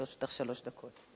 לרשותך שלוש דקות.